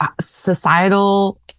societal